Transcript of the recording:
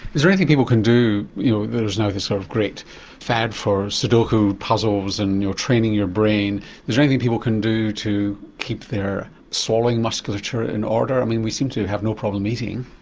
is there anything people can do you know there is now this sort of great fad for sodoku puzzles and you're training your brain is there anything people can do to keep their swallowing musculature in order? um and we seem to have no problem eating.